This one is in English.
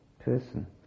Person